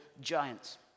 giants